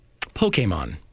Pokemon